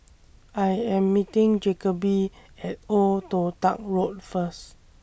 I Am meeting Jacoby At Old Toh Tuck Road First